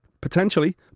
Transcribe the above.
Potentially